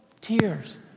tears